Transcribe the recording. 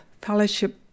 Fellowship